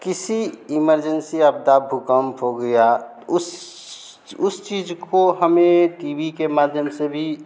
किसी इमरजेंसी आपदा भूकम्प हो गया उस उस चीज़ को हमें टी वी के माध्यम से भी